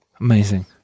amazing